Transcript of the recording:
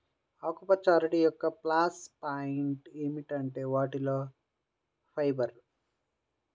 ఆకుపచ్చ అరటి యొక్క ప్లస్ పాయింట్ ఏమిటంటే వాటిలో ఫైబర్